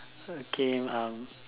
okay um